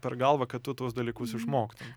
per galvą kad tu tuos dalykus išmoktum